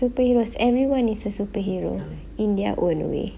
superheroes everyone is a superhero in their own way